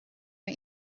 mae